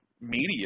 media